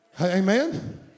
Amen